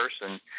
person